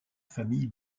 famille